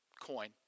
Coin